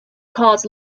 cause